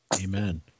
Amen